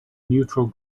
neutral